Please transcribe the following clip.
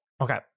Okay